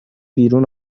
بیرون